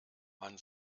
man